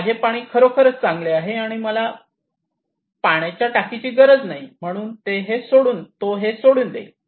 माझे पाणी खरोखर चांगले आहे आणि मला टाकीची गरज नाही आणि म्हणून तो हे सोडून देईन